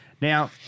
Now